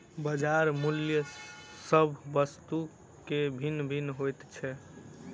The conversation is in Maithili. बजार मूल्य सभ वस्तु के भिन्न भिन्न होइत छै